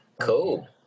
Cool